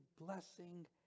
blessing